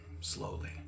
Slowly